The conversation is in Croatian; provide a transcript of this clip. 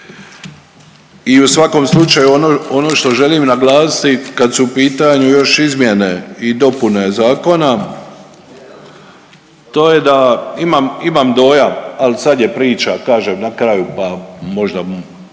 i u svakom slučaju ono što želim naglasiti kad su u pitanju još izmjene i dopune zakona to je da imam dojam, al sad je priča kažem na kraju pa možda